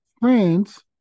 Friends